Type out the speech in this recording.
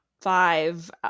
five